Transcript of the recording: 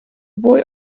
boy